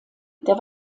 der